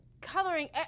coloring